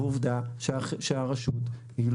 כמו שנאמר, זה